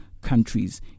countries